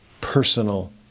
personal